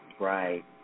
Right